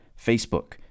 Facebook